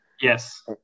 yes